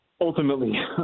ultimately